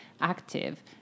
active